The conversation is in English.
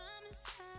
promise